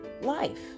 life